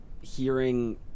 hearing